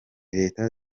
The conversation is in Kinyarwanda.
leta